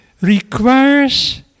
requires